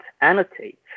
annotate